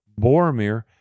Boromir